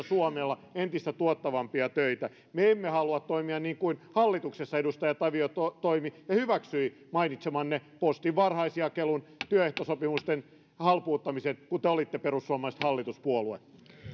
suomella on entistä tuottavampia töitä me emme halua toimia niin kuin edustaja tavio toimi hallituksessa ja hyväksyi mainitsemanne postin varhaisjakelun työehtosopimusten halpuuttamisen kun te te olitte perussuomalaiset hallituspuolue